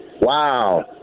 wow